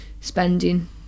spending